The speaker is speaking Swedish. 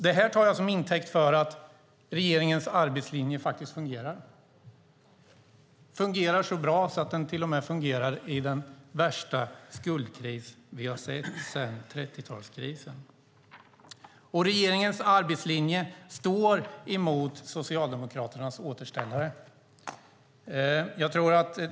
Det tar jag som intäkt för att regeringens arbetslinje fungerar mycket bra, till och med i den värsta skuldkris vi har sett sedan 30-talet. Regeringens arbetslinje står mot Socialdemokraternas återställare.